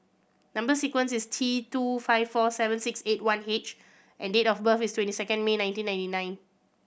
number sequence is T two five four seven six eight one H and date of birth is twenty second May nineteen ninety nine